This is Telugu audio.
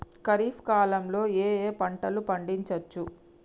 ఖరీఫ్ కాలంలో ఏ ఏ పంటలు పండించచ్చు?